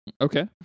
Okay